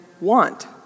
want